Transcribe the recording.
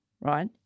right